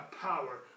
power